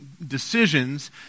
decisions